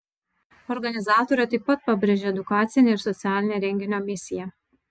organizatorė taip pat pabrėžia edukacinę ir socialinę renginio misiją